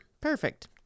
Perfect